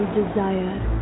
desire